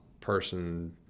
person